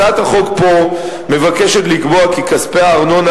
הצעת החוק מבקשת לקבוע כי כספי הארנונה